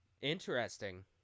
Interesting